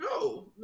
no